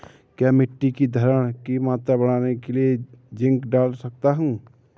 क्या मिट्टी की धरण की मात्रा बढ़ाने के लिए जिंक डाल सकता हूँ?